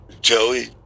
Joey